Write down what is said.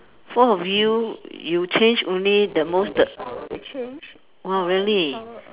four of you you change only the most the !wow! really